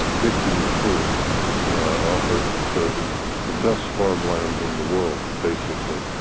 picking food off of the ah best farmland in the world, basically.